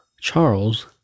Charles